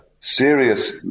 Serious